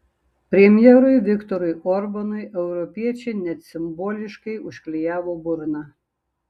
premjerui viktorui orbanui europiečiai net simboliškai užklijavo burną